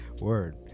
Word